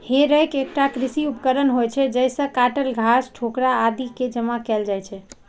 हे रैक एकटा कृषि उपकरण होइ छै, जइसे काटल घास, ठोकरा आदि कें जमा कैल जाइ छै